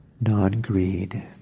non-greed